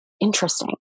interesting